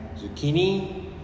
zucchini